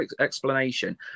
explanation